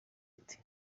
ati